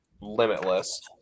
limitless